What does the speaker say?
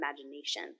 imagination